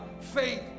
Faith